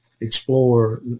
explore